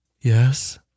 Yes